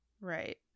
Right